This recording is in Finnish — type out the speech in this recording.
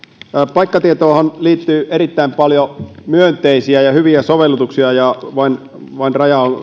paikkatietoonhan liittyy erittäin paljon myönteisiä ja hyviä sovellutuksia ja vain vain